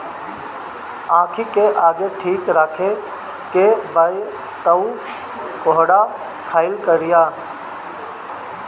आंखी के अगर ठीक राखे के बा तअ कोहड़ा खाइल करअ